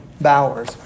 bowers